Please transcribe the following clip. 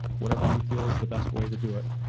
whatever you feel is the best way to do it.